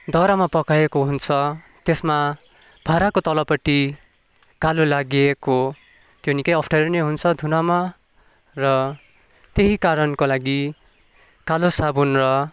दाउरामा पकाएको हुन्छ त्यसमा भाँडाको तलपट्टि कालो लागिएको त्यो निकै अप्ठ्यारो नै हुन्छ धुनमा र त्यहि कारणको लागि कालो साबुन र